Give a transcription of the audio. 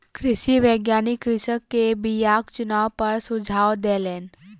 कृषि वैज्ञानिक कृषक के बीयाक चुनाव पर सुझाव देलैन